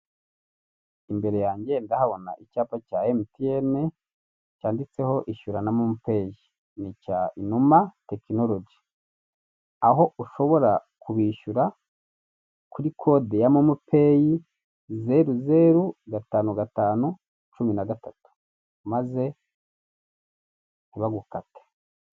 Imbere yanjye ndahabona icyapa cya Emutiyene cyanditseho ishyurana na mompeyi ni icya inuma tekinologi, aho ushobora kubishyura kuri kode ya momopeyi zeru zeru gatanu gatanu cumi na gatatu maze ntibagukate.